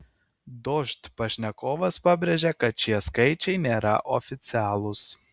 dožd pašnekovas pabrėžė kad šie skaičiai nėra oficialūs